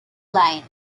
line